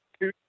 two